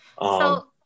So-